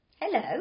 Hello